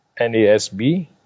NASB